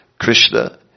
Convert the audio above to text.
Krishna